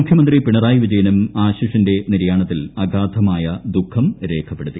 മുഖ്യമന്ത്രി പ്രിണറായി വിജയനും ആശിഷിന്റെ നിര്യാണത്തിൽ അഗാധമാ്യ ദുഃഖം രേഖപ്പെടുത്തി